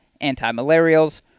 anti-malarials